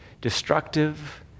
destructive